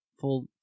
full